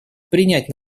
принять